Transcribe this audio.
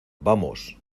vamos